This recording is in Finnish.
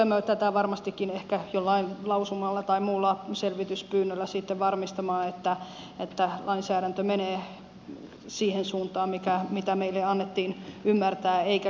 tulemme tätä varmastikin ehkä jollain lausumalla tai muulla selvityspyynnöllä sitten varmistamaan että lainsäädäntö menee siihen suuntaan mitä meille annettiin ymmärtää eikä keskittymistä tapahdu